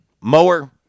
mower